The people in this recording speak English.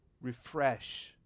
refresh